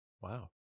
Wow